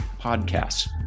podcasts